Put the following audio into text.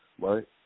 right